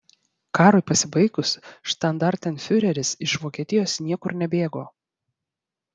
karui pasibaigus štandartenfiureris iš vokietijos niekur nebėgo